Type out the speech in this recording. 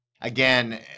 again